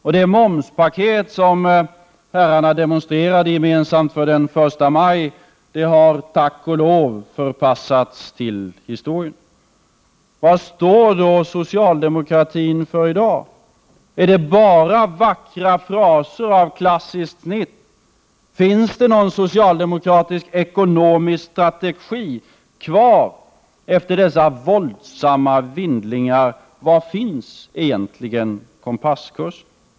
Och det momspaket som herrarna gemensamt demonstrerade för den 1 maj har tack och lov förpassats till historien. Vad står då socialdemokratin för i dag? Är det bara vackra fraser av klassiskt snitt? Finns det någon socialdemokratisk ekonomisk strategi kvar efter dessa våldsamma vindlingar? Var finns egentligen kompasskursen?